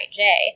IJ